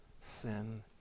sin